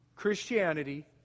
Christianity